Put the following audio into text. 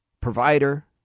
provider